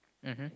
mmhmm